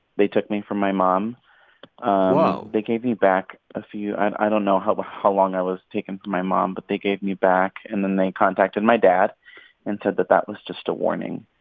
they took me from my mom whoa they gave me back a few and i don't know how ah how long i was taken from my mom, but they gave me back. and then they contacted my dad and said that that was just a warning.